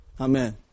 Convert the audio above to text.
Amen